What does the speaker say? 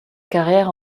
carrière